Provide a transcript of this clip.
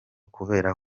kubera